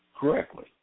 correctly